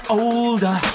older